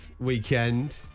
weekend